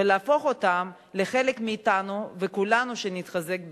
ולהפוך אותם לחלק מאתנו, וכולנו שנתחזק ביחד.